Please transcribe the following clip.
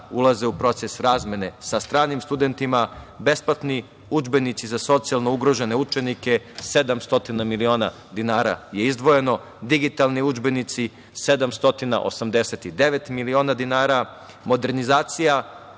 ulaze u proces razmene sa stranim studentima. Besplatni udžbenici za socijalno ugrožene učenike, izdvojeno je 700 miliona dinara. Digitalni udžbenici, 789 miliona dinara. Modernizacija